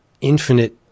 infinite